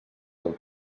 del